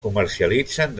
comercialitzen